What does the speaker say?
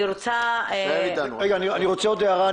אני רוצה עוד הערה.